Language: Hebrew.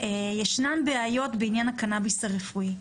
ישנן בעיות בעניין הקנאביס הרפואי,